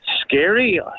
Scary